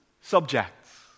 subjects